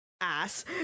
ass